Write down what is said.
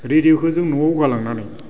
रेदिय'खौ जों न'आव गालांनानै